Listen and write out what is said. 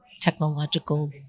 technological